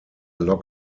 lock